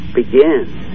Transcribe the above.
begins